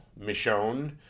Michonne